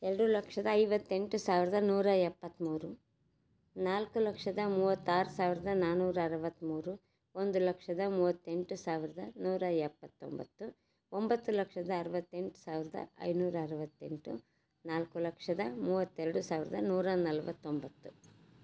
ಎರಡು ಲಕ್ಷದ ಐವತ್ತೆಂಟು ಸಾವಿರದ ನೂರ ಎಪ್ಪತ್ಮೂರು ನಾಲ್ಕು ಲಕ್ಷದ ಮೂವತ್ತಾರು ಸಾವಿರದ ನಾನೂರ ಅರುವತ್ಮೂರು ಒಂದು ಲಕ್ಷದ ಮೂವತ್ತೆಂಟು ಸಾವಿರದ ನೂರ ಎಪ್ಪತ್ತೊಂಬತ್ತು ಒಂಬತ್ತು ಲಕ್ಷದ ಅರುವತ್ತೆಂಟು ಸಾವಿರದ ಐನೂರ ಅರುವತ್ತೆಂಟು ನಾಲ್ಕು ಲಕ್ಷದ ಮೂವತ್ತೆರಡು ಸಾವಿರದ ನೂರ ನಲ್ವತ್ತೊಂಬತ್ತು